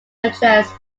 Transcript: address